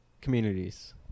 communities